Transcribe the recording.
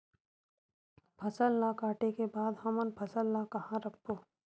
फसल ला काटे के बाद हमन फसल ल कहां रखबो?